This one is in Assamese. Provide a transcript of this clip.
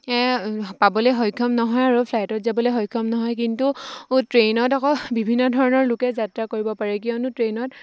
পাবলৈ সক্ষম নহয় আৰু ফ্লাইটত যাবলৈ সক্ষম নহয় কিন্তু ট্ৰেইনত আকৌ বিভিন্ন ধৰণৰ লোকে যাত্ৰা কৰিব পাৰে কিয়নো ট্ৰেইনত